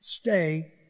stay